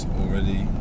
already